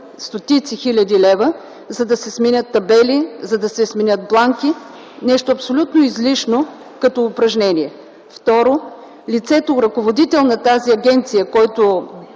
стотици хиляди лева, за да се сменят табели, за да се сменят бланки. Нещо абсолютно излишно като упражнение. Второ, лицето, ръководител на тази агенция, който